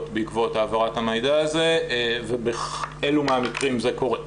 בעקבות העברת המידע הזה ובאילו מהמקרים זה קורה.